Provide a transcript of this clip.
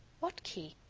what key?